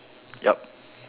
yup